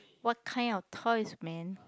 what kind of toys man